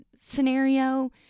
scenario